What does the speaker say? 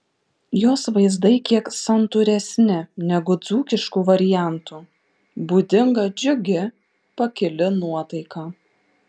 jos vaizdai kiek santūresni negu dzūkiškų variantų būdinga džiugi pakili nuotaika